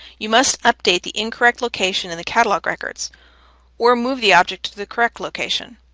you must update the incorrect location in the catalog records or move the object to the correct location.